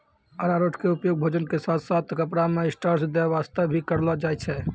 अरारोट के उपयोग भोजन के साथॅ साथॅ कपड़ा मॅ स्टार्च दै वास्तॅ भी करलो जाय छै